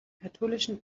katholischen